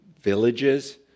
villages